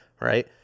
right